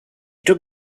took